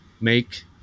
make